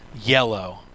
yellow